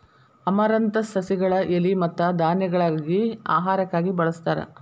amaranthus ಸಸಿಗಳ ಎಲಿ ಮತ್ತ ಧಾನ್ಯಗಳಾಗಿ ಆಹಾರಕ್ಕಾಗಿ ಬಳಸ್ತಾರ